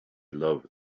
loved